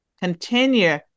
Continue